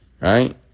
Right